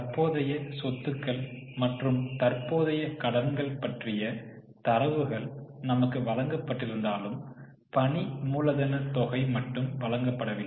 தற்போதைய சொத்துக்கள் மற்றும் தற்போதைய கடன்கள் பற்றிய தரவுகள் நமக்கு வழங்கப்பட்டிருந்தாலும் பணி மூலதன தொகை மட்டும் வழங்கப்படவில்லை